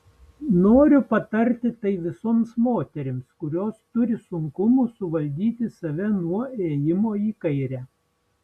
noriu patarti tai visoms moterims kurios turi sunkumų suvaldyti save nuo ėjimo į kairę